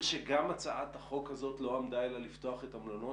עיר שגם הצעת החוק הזאת לא עמדה אלא לפתוח את המלונות